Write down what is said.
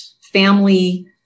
family